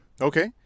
Okay